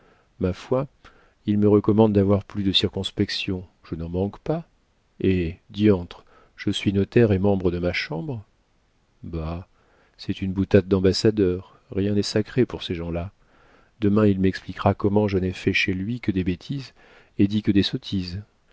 ma foi il me recommande d'avoir plus de circonspection je n'en manque pas hé diantre je suis notaire et membre de ma chambre bah c'est une boutade d'ambassadeur rien n'est sacré pour ces gens-là demain il m'expliquera comment je n'ai fait chez lui que des bêtises et dit que des sottises